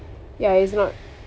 so ya it's not